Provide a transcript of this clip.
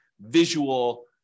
visual